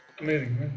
Amazing